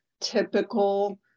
typical